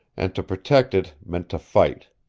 and to protect it meant to fight.